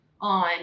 on